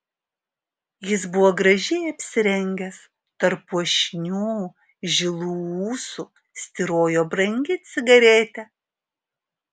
jis buvo gražiai apsirengęs tarp puošnių žilų ūsų styrojo brangi cigaretė